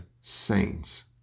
saints